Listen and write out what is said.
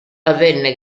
avvenne